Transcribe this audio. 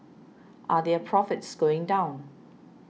are their profits going down